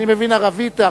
אני מבין ערבית.